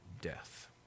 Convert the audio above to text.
death